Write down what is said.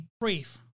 brief